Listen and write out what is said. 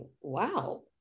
wow